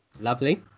lovely